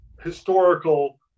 historical